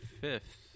fifth